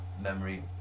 memory